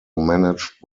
managed